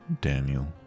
Daniel